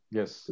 yes